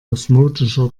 osmotischer